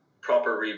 Proper